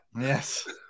Yes